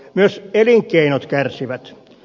myös elinkeinot kärsivät